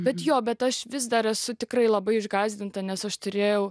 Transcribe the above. bet jo bet aš vis dar esu tikrai labai išgąsdinta nes aš turėjau